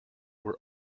were